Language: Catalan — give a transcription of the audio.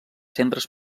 centres